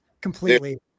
completely